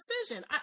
decision